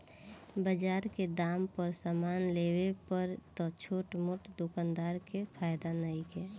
बजार के दाम पर समान लेवे पर त छोट मोट दोकानदार के फायदा नइखे